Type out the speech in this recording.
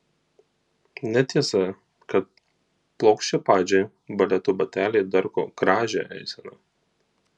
netiesa kad plokščiapadžiai baleto bateliai darko gražią eiseną